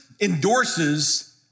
endorses